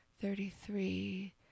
thirty-three